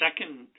second